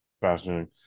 Fascinating